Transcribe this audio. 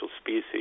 species